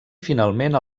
finalment